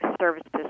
services